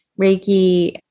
Reiki